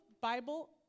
Bible